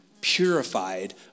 purified